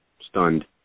Stunned